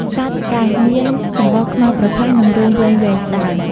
សត្វកែះមានសម្បុរខ្មៅប្រផេះ និងរោមវែងៗស្តើង។